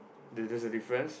the that's the difference